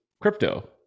crypto